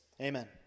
Amen